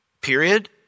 period